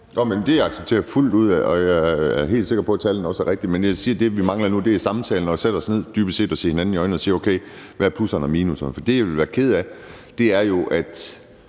Det accepterer jeg fuldt ud, og jeg er helt sikker på, at tallene også er rigtige. Men det, jeg siger, er, at det, vi mangler nu, er samtalen og det at sætte os ned og dybest set se hinanden i øjnene og sige: Okay, hvad er plusserne og minusserne? For det, jeg ville være ked af, var jo, hvis